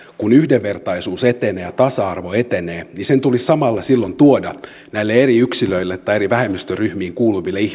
kun yhdenvertaisuus etenee ja tasa arvo etenee niin sen tulisi samalla silloin tuoda näille eri yksilöille tai eri vähemmistöryhmiin kuuluville